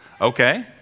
Okay